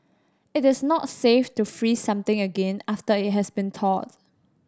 it is not safe to freeze something again after it has been thawed